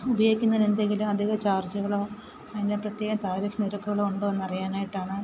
ഉപയോഗിക്കുന്നതിന് എന്തെങ്കിലും അധികം ചർച്ചകളോ അതിൻ്റെ പ്രത്യേക താരിഫ് നിരക്കുകളോ ഉണ്ടോ എന്നറിയാനായിട്ടാണ്